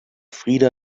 frida